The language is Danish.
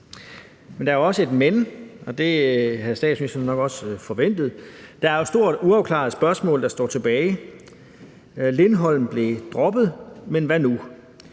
Men der er også et »men«, og det havde statsministeren nok også forventet. Der er et stort og uafklaret spørgsmål, der står tilbage. Lindholm blev droppet, men hvad nu?